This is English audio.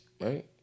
Right